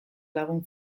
lagun